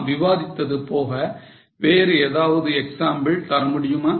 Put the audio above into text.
நாம் விவாதித்தது போக வேறு ஏதாவது எக்ஸாம்பிள் தர முடியுமா